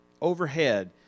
overhead